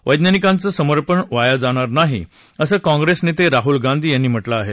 वैज्ञानिकांचं समर्पण वाया जाणार नाही असं काँग्रेसनेते राहुल गांधी यांनी म्हटलं आहे